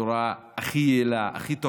בצורה הכי יעילה, הכי טובה.